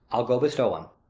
i'll go bestow him.